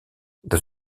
dans